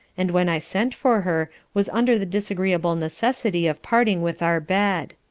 and when i sent for her was under the disagreeable necessity of parting with our bed.